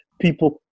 people